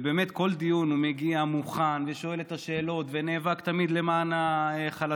באמת לכל דיון הוא מגיע מוכן ושואל את השאלות ונאבק תמיד למען החלשים.